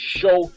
show